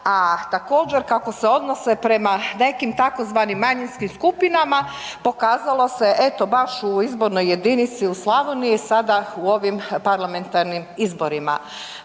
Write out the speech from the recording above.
a također kako se odnose prema nekim tzv. manjinskim skupinama pokazalo se eto baš u izbornoj jedinici u Slavoniji sada u ovim parlamentarnim izborima.